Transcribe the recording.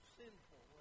sinful